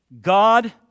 God